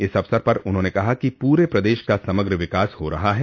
इस अवसर पर उन्होंने कहा कि पूरे प्रदेश का समग्र विकास हो रहा है